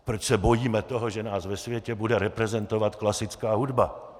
Proč se bojíme toho, že nás ve světě bude reprezentovat klasická hudba?